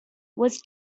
was